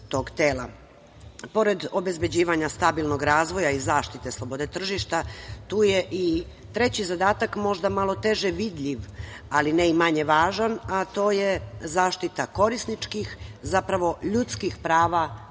Pored obezbeđivanja stabilnog razvoja i zaštite slobode tržišta, tu je i treći zadatak, možda malo teže vidljiv, ali ne i manje važan, a to je zaštita korisničkih, zapravo ljudskih prava